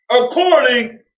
according